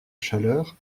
chaleur